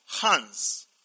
hands